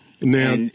Now